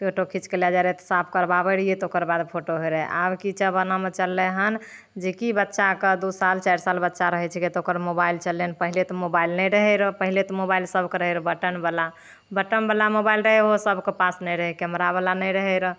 photo खींचके लै जाए रहए तऽ साफ करबाबै रहिए तऽ ओकर बाद फोटो होइ रहए आब की छै आब की जमानामे चललै हय जेकि बच्चाके दू साल चारि साल बच्चा रहैत छै के तऽ ओकर मोबाइल चललै पहिले तऽ मोबाइल नहि रहए रऽ पहिले तऽ मोबाइल सबके रहए बटन बला बटम बला मोबाइल रहए ओहो सबके पास नहि रहए कैमरा बला नहि रहए रऽ